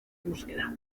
búsqueda